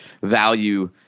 value